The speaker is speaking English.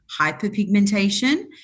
hyperpigmentation